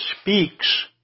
speaks